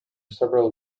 several